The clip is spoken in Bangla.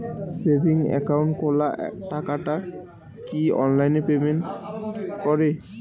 সেভিংস একাউন্ট খোলা টাকাটা কি অনলাইনে পেমেন্ট করে?